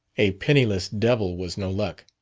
a penniless devil was no luck.